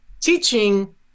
teaching